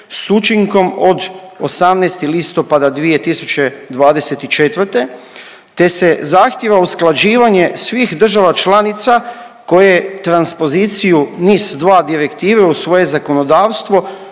s učinkom od 18. listopada 2024. g. te se zahtijeva usklađivanje svih država članica koje transpoziciju NIS-2 direktive u svoje zakonodavstvo